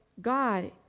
God